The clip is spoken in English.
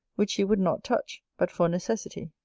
which she would not touch, but for necessity.